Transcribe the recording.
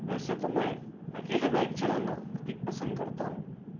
वैसे तो मैं अकेले बाइक चलाना अधिक पसंद करता हूँ